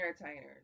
entertainers